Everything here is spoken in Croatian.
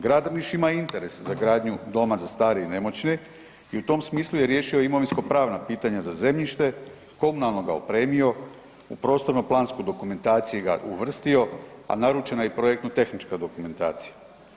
Grad Drniš ima interes za gradnju doma za stare i nemoćne i u tom smislu je riješio imovinsko-pravna pitanja za zemljište, komunalno ga opremio, u prostorno plansku dokumentaciju ga uvrstio, a naručena je projektno tehnička dokumentacija.